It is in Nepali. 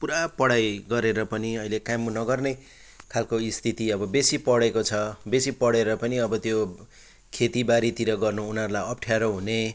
पुरा पढाइ गरेर पनि अहिले काम नगर्ने खालको स्थिति अब बेसी पढेको छ बेसी पढेर पनि अब त्यो खेतीबारीतिर गर्नु उनीहरूलाई अप्ठ्यारो हुने